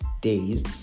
days